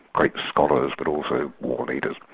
great scholars but also war leaders.